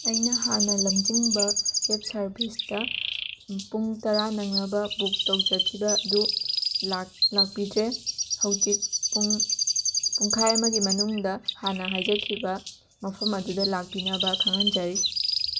ꯑꯩꯅ ꯍꯥꯟꯅ ꯂꯝꯖꯤꯡꯕ ꯀꯦꯞ ꯁꯔꯚꯤꯁꯇ ꯄꯨꯡ ꯇꯔꯥ ꯅꯪꯅꯕ ꯕꯨꯛ ꯇꯧꯖꯈꯤꯕ ꯑꯗꯨ ꯂꯥꯛ ꯂꯥꯛꯄꯤꯗ꯭ꯔꯦ ꯍꯧꯖꯤꯛ ꯄꯨꯡ ꯄꯨꯡꯈꯥꯏ ꯑꯃꯒꯤ ꯃꯅꯨꯡꯗ ꯍꯥꯟꯅ ꯍꯥꯏꯖꯈꯤꯕ ꯃꯐꯝ ꯑꯗꯨꯗ ꯂꯥꯛꯄꯤꯅꯕ ꯈꯪꯍꯟꯖꯔꯤ